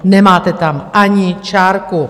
Nemáte tam ani čárku.